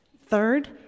third